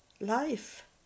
Life